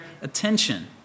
attention